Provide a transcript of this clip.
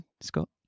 scott